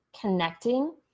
connecting